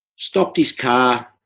stopped his car,